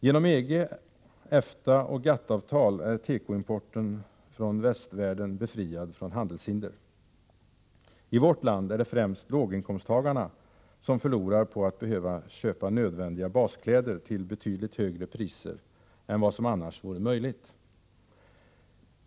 Genom EG-, EFTA och GATT-avtal är tekoimporten från västvärlden befriad från handelshinder. I vårt land är det främst låginkomsttagarna som förlorar på att behöva köpa nödvändiga baskläder till betydligt högre priser än vad som annars vore möjligt.